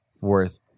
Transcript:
worth